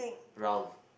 wrong